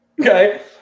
Okay